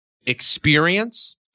experience